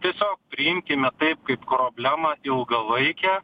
tiesio priimkime taip kaip problemą ilgalaikę